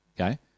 Okay